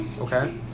okay